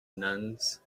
nuns